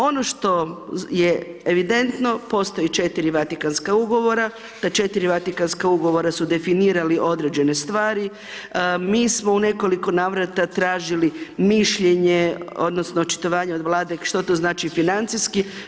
Ono što je evidentno, postoji četiri Vatikanska ugovora, ta četiri Vatikanska ugovora su definirali određene stvari, mi smo u nekoliko navrata tražili mišljenje odnosno očitovanje od Vlade što to znači financijski.